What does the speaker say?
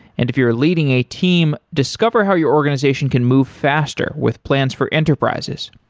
and if you're leading a team, discover how your organization can move faster with plans for enterprises.